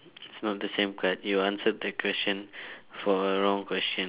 it's not the same card you answered that question for a wrong question